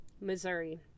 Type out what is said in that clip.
Missouri